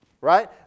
Right